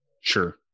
Sure